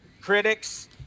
critics